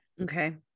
okay